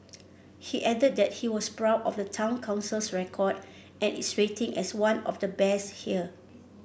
he added that he was proud of the Town Council's record and its rating as one of the best here